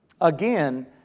Again